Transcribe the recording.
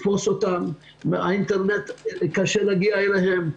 באינטרנט קשה להגיע אליהם,